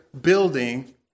building